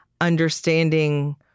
understanding